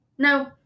No